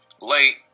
Late